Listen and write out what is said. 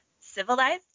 civilized